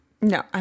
No